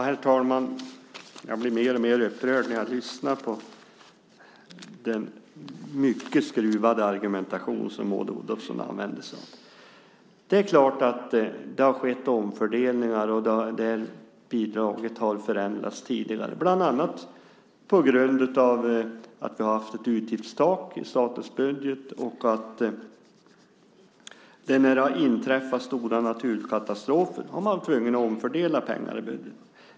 Herr talman! Jag blir mer och mer upprörd när jag lyssnar på den mycket skruvade argumentation som Maud Olofsson använder sig av. Det är klart att det har skett omfördelningar och att bidraget har förändrats tidigare, bland annat på grund av att vi har haft ett utgiftstak i statens budget och att man när det har inträffat stora naturkatastrofer har varit tvungen att omfördela pengar.